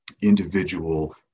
individual